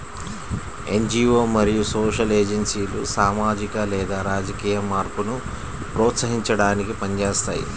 NGO మరియు social ఏజెన్సీలు సామాజిక లేదా రాజకీయ మార్పును ప్రోత్సహించడానికి పని చేస్తాయి